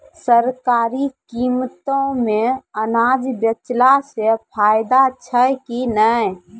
सरकारी कीमतों मे अनाज बेचला से फायदा छै कि नैय?